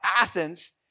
Athens